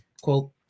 quote